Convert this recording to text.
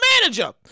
manager